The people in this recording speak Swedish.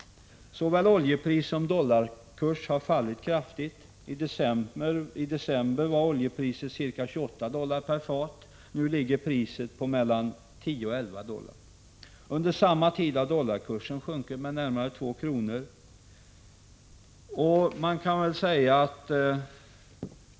Såväl oljepris som dollarkurs har fallit kraftigt. I december var oljepriset ca 28 dollar per fat. Nu ligger priset mellan 10 och 11 dollar. Under samma tid har dollarkursen sjunkit med närmare 2 kr.